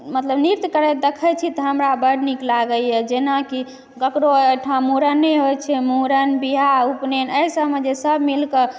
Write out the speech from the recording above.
मतलब नृत्य करैत देखै छी तऽ हमरा बड्ड नीक लागैए जेनाकि ककरो ओहिठाम मुड़ने होइ छै मुड़न बियाह उपनैन एहिसबमे जे सब मिलके